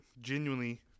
genuinely